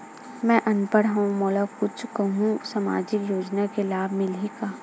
मैं अनपढ़ हाव मोला कुछ कहूं सामाजिक योजना के लाभ मिलही का?